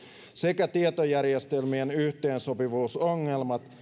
sekä tietojärjestelmien yhteensopivuusongelmat